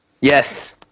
Yes